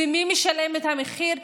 ומי משלם את המחיר?